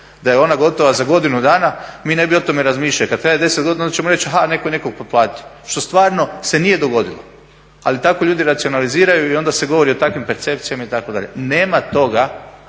Da je ona gotova za godinu dana mi ne bi o tome razmišljali, kada traje 10 godina onda ćemo reći aha netko je nekog potplatio. Što stvarno se nije dogodilo ali tako ljudi racionaliziraju i onda se govori o takvim percepcijama itd.. Nema toga